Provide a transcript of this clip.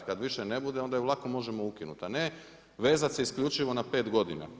Kada više ne bude onda ju lako možemo ukinut, a ne vezat se isključivo na pet godina.